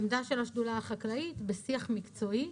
זו עמדה של השדולה החקלאית בשיח מקצועי.